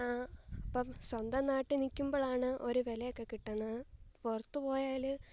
അപ്പം സ്വന്തം നാട്ടിൽ നിൽക്കുമ്പോഴാണ് ഒരു വിലയൊക്കെ കിട്ടുന്നത് പുറത്തു പോയാൽ